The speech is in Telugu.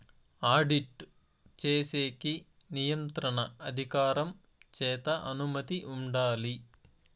ఆడిట్ చేసేకి నియంత్రణ అధికారం చేత అనుమతి ఉండాలి